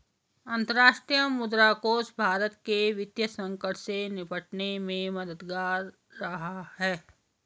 अंतर्राष्ट्रीय मुद्रा कोष भारत के वित्तीय संकट से निपटने में मददगार रहा है